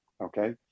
okay